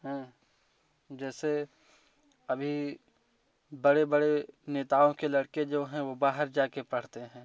हाँ जैसे अभी बड़े बड़े नेताओं के लड़के जो हैं वो बाहर जाके पढ़ते हैं तो